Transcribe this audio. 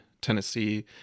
Tennessee